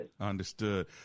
Understood